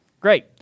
Great